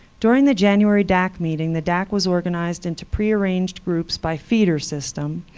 during the january dac meeting, the dac was organized into prearranged groups by feeder system,